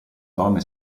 donne